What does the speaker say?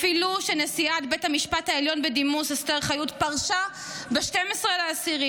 אפילו שנשיאת בית המשפט העליון בדימוס אסתר חיות פרשה ב-12 באוקטובר,